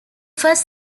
first